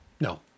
No